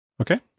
Okay